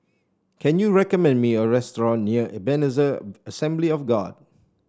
can you recommend me a restaurant near Ebenezer Assembly of God